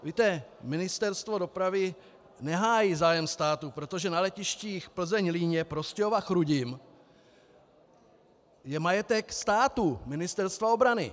Víte, Ministerstvo dopravy nehájí zájem státu, protože na letištích PlzeňLíně, Prostějov a Chrudim... je majetek státu, Ministerstva obrany.